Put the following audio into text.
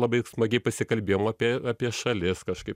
labai smagiai pasikalbėjom apie apie šalis kažkaip